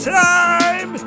time